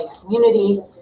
community